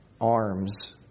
arms